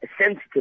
sensitive